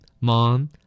Mom